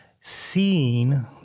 seeing